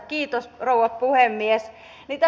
kiitos rouva puhemies